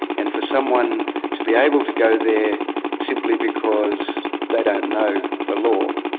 and for someone to be able to go there simply because they don't know the law,